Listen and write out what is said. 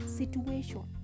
situation